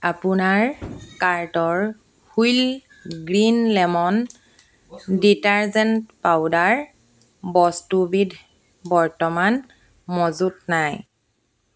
আপোনাৰ কাৰ্টৰ wheel green lemon detergent powder বস্তুবিধ বৰ্তমান মজুত নাই